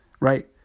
Right